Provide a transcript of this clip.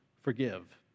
forgive